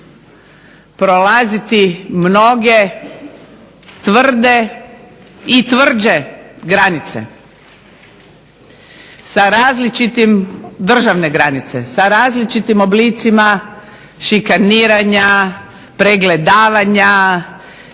prolaziti mnoge tvrde i tvrđe državne granice sa različitim oblicima šikaniranja, pregledavanja,